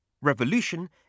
Revolution